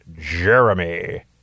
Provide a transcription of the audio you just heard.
Jeremy